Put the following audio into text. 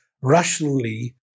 rationally